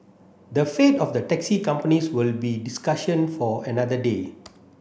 the fate of the taxi companies will be discussion for another day